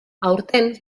aurten